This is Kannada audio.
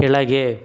ಕೆಳಗೆ